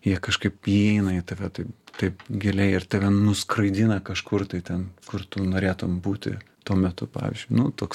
jie kažkaip įeina į tave tai taip giliai ir tave nuskraidina kažkur tai ten kur tu norėtum būti tuo metu pavyzdžiui nu toks